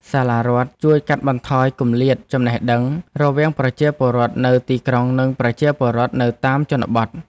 សាលារដ្ឋជួយកាត់បន្ថយគម្លាតចំណេះដឹងរវាងប្រជាពលរដ្ឋនៅទីក្រុងនិងប្រជាពលរដ្ឋនៅតាមជនបទ។